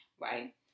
right